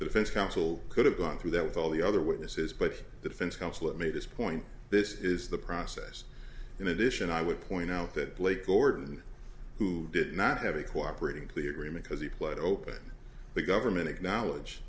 defense counsel could have gone through that with all the other witnesses but the defense counsel that made this point this is the process in addition i would point out that blake gorton who did not have a cooperating plea agreement because he pled open the government acknowledge